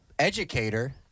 educator